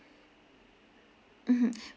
mmhmm